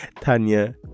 tanya